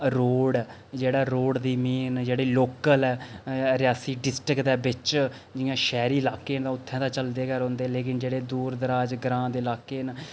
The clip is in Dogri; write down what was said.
रोड़ जेह्ड़े रोड़ दी मेन जेह्ड़ी लोकल ऐ रेयासी डिस्टिक दे बेच्च जियां शैह्री लाके न उत्थैं ते चलदे गै रौंह्दे न लेकिन जेह्ड़े दूर दराज ग्रांऽ दे लाके न